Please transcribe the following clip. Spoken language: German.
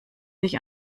sich